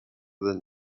than